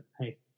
hey